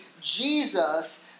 Jesus